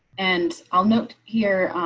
and i'll note here.